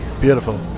Beautiful